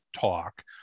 talk